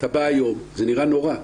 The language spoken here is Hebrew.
אתה בא היום, זה נראה נורא.